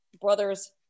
Brothers